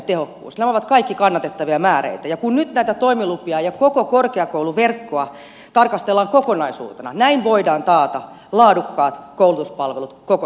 nämä ovat kaikki kannatettavia määreitä ja kun nyt näitä toimilupia ja koko korkeakouluverkkoa tarkastellaan kokonaisuutena näin voidaan taata laadukkaat koulutuspalvelut koko suomessa